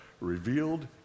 revealed